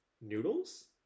Noodles